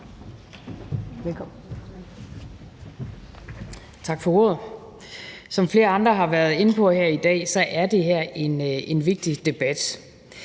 Velkommen.